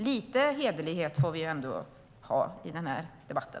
Lite hederlighet får vi ändå ha i debatten.